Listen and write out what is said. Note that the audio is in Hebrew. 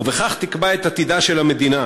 ובכך תקבע את עתידה של המדינה.